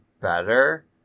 better